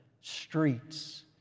streets